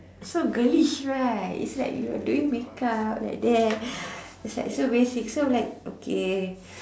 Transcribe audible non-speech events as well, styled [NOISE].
so girlish right it's like you are doing makeup like that [BREATH] it's like so basic so I'm like okay